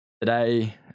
today